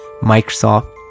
Microsoft